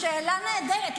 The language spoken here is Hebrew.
זו שאלה נהדרת.